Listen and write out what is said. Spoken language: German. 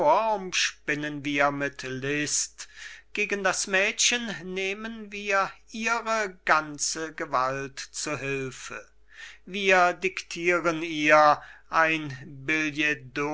umspinnen wir mit list gegen das mädchen nehmen wir ihre ganze gewalt zu hilfe wir dictieren ihr ein